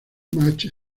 match